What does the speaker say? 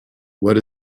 what